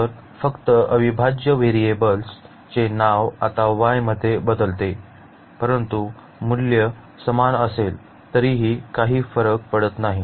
तर फक्त अविभाज्य व्हेरिएबल्स चे नाव आता y मध्ये बदलते परंतु मूल्य समान असेल तरीही फरक पडत नाही